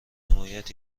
حمایت